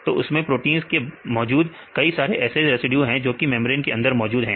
तो इसमें प्रोटींस में मौजूद कई सारे ऐसे रेसिड्यू हैं जोकि मेंब्रेन के अंदर मौजूद है